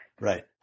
right